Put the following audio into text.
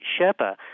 Sherpa